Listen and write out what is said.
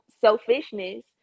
selfishness